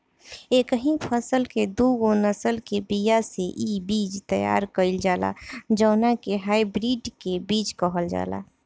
एकही फसल के दूगो नसल के बिया से इ बीज तैयार कईल जाला जवना के हाई ब्रीड के बीज कहल जाला